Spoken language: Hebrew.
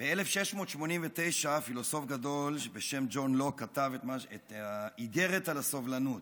ב-1689 פילוסוף גדול בשם ג'ון לוק כתב את האיגרת על הסובלנות,